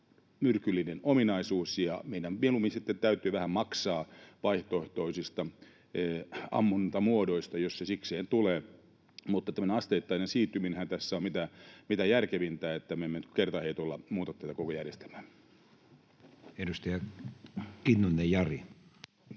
myrkyllinen ominaisuus, ja meidän mieluummin sitten täytyy vähän maksaa vaihtoehtoisista ammuntamuodoista, jos se sikseen tulee. Tämmöinen asteittainen siirtyminenhän tässä on mitä järkevintä, niin että me emme nyt kertaheitolla muuta tätä koko järjestelmää. [Speech 164] Speaker: